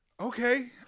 okay